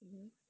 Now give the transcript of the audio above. mmhmm